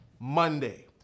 Monday